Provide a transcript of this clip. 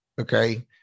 Okay